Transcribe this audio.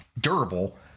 durable